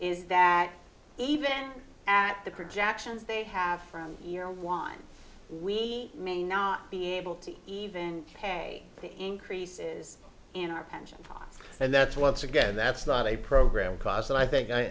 is that even at the projections they have from year won we may not be able to even pay increases in our pensions and that's once again that's not a program cost and i think i